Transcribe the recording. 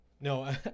No